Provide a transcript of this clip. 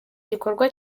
gikorwa